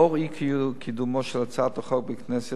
לאור אי-קידומה של הצעת החוק בכנסת,